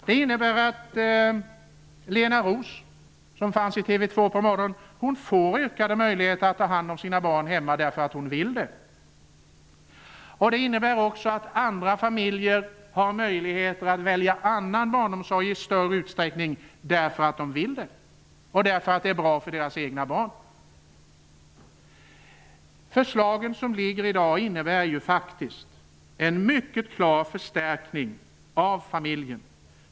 Det innebär att Lena Roos, som sågs i TV 2 nu på morgonen, får ökade möjligheter att ta hand om sina barn hemma, därför att hon vill det. Det innebär också att andra familjer har möjlighet att välja annan barnomsorg i större utsträckning, därför att de vill det och därför att det är bra för deras egna barn. Det förslag som i dag ligger på riksdagens bord innebär faktiskt en mycket klar förstärkning av familjen.